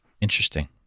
Interesting